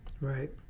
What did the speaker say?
Right